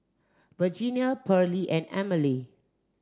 Virginia Pearley and Emilee